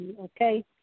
okay